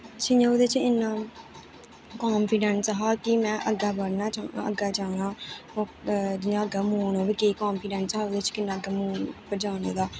जियां ओह्दे च इन्ना कानफिडेंस हा कि में अग्गें बढ़ना ऐ अग्गें जाना ऐ जियां अग्गें मून पर उप्पर गेई किन्ना कानफिडेंस हा ओह्दे च किन्ना अग्गें मून पर जाने दा